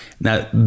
now